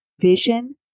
vision